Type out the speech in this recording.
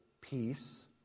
peace